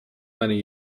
many